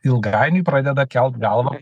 ilgainiui pradeda kelt galvą